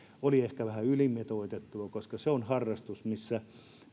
oli ehkä vähän ylimitoitettua koska se on harrastus missä